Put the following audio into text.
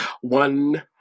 One